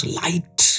light